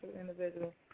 individual